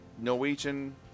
Norwegian